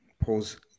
Pause